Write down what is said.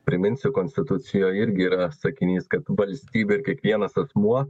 priminsiu konstitucijoj irgi yra sakinys kad valstybė ir kiekvienas asmuo